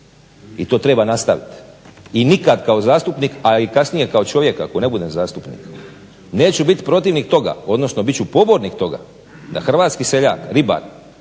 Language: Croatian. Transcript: I to treba nastaviti. I nikad kao zastupnik, a i kasnije kao čovjek ako ne budem zastupnik neću biti protivnik toga, odnosno bit ću pobornik toga da hrvatski seljak, ribar,